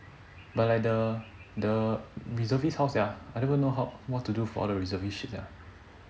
but like the the reservist how sia I don't even know how what to do for the reservist shit sia